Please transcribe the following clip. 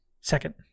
Second